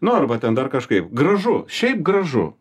nu arba ten dar kažkaip gražu šiaip gražu